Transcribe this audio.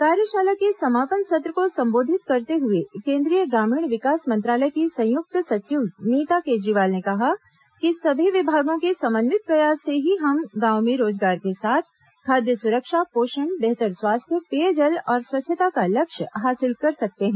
कार्यशाला के समापन सत्र को संबोधित करते हुए केंद्रीय ग्रामीण विकास मंत्रालय की संयुक्त सचिव नीता केजरीवाल ने कहा कि सभी विभागों के समन्वित प्रयास से ही हम गांव में रोजगार के साथ खाद्य सुरक्षा पोषण बेहतर स्वास्थ्य पेयजल और स्वच्छता का लक्ष्य हासिल कर सकते हैं